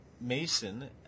mason